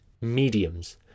mediums